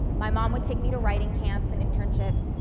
my mom would take me to writing camps and internships,